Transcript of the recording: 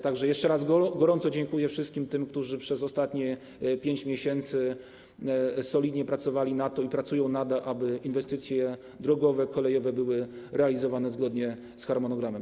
Tak że jeszcze raz gorąco dziękuję wszystkim tym, którzy przez ostatnie 5 miesięcy solidnie pracowali na to, i pracują nadal, aby inwestycje drogowe, kolejowe były realizowane zgodnie z harmonogramem.